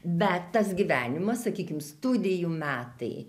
bet tas gyvenimas sakykim studijų metai